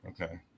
Okay